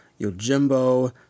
Yojimbo